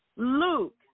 Luke